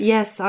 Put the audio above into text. Yes